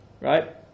right